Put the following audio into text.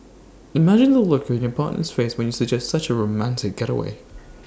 imagine the look on your partner's face when you suggest such A romantic getaway